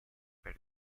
per